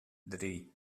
drie